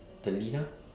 the lina